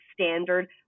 standard